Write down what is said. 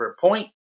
point